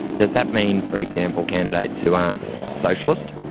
does that mean, for example, candidates who aren't socialist?